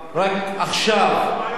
רק עכשיו, צריך לפתור את בעיות הדיור.